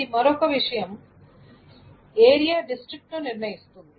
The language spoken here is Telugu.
ఇది మరొక విషయం ఏరియా డిస్ట్రిక్ట్ ను నిర్ణయిస్తుంది